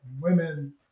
women